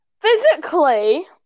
physically